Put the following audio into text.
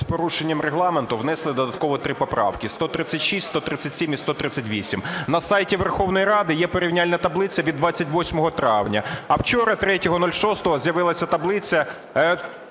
з порушенням Регламенту внесли додатково три поправки: 136, 137 і 138. На сайті Верховної Ради є порівняльна таблиця від 28 травня. А вчора 03.06 з'явилася таблиця